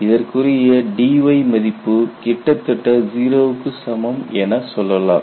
இதற்குரிய dy மதிப்பு கிட்டத்தட்ட 0 க்கு சமம் என சொல்லலாம்